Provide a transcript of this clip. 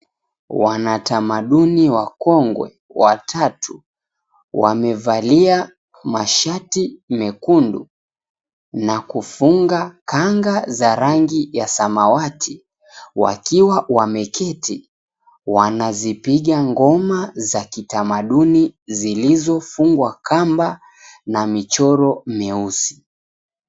Wanatamaduni wakongwe watatu wamevalia mashati mekundu na kufunga kanga za rangi ya samawati wakiwa wameketi, wanazipiga ngoma za kitamaduni zilizofungwa kamba na michoro mieusi.